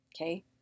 Okay